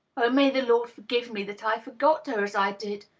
oh, may the lord forgive me that i forgot her as i did!